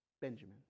Benjamin